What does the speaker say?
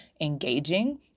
engaging